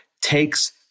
takes